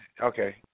okay